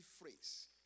phrase